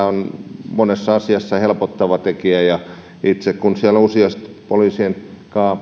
on monessa asiassa poliisin liikennevalvontaa helpottava tekijä itse kun siellä useasti poliisien kanssa